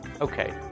okay